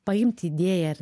paimti idėją ar